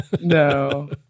No